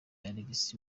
alex